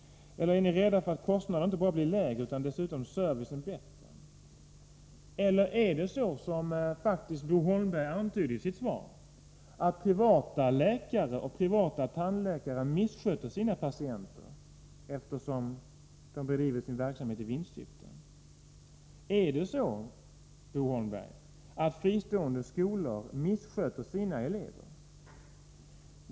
Eller är ni rädda för att inte bara kostnaderna blir lägre, utan att dessutom servicen blir bättre? Eller är det så, som Bo Holmberg faktiskt antyder i sitt svar, att privata läkare och privata tandläkare missköter sina patienter, eftersom de bedriver sin verksamhet i vinstsyfte? Är det så, Bo Holmberg, att fristående skolor missköter sina elever?